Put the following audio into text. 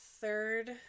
third